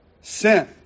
Sin